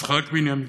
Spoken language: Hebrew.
יצחק בנימין,